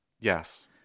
Yes